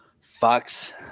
Fox